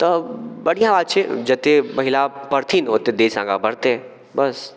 तऽ बढ़िआँ बात छै जत्ते महिला पढ़थिन ओत्ते देस आगाँ बढ़तै बस